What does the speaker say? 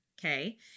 Okay